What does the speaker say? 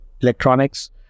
electronics